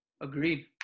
agreed